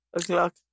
o'clock